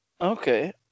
Okay